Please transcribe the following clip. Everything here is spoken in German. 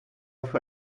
für